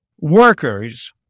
workers